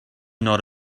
not